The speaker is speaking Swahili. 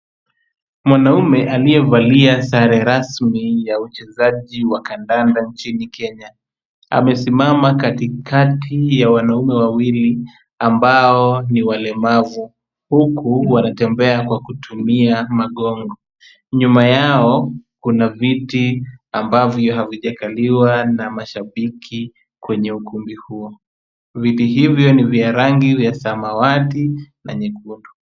Mwanamme aliyevalia sare rasmi ya uchezaji wa kandanda nchini Kenya. Amesimama katikati ya wanaume wawili, ambao ni walemavu, huku wanatembea kwa kutumia magongo. Nyuma yao kuna viti ambavyo havijakaliwa na mashabiki kwenye ukumbi huo. Viti hivyo ni vya rangi ya samawati na nyekundu.